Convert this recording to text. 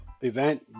event